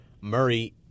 Murray